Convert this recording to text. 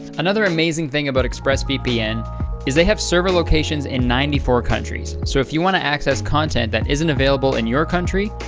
another amazing thing about express vpn is they have server locations in ninety four countries. so if you wanna access content that isn't available in your country,